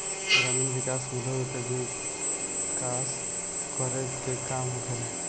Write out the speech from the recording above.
ग्रामीण विकास में लोग के विकास करे के काम होखेला